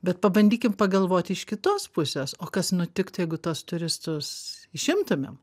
bet pabandykim pagalvot iš kitos pusės o kas nutiktų jeigu tuos turistus išimtumėm